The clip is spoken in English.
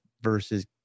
versus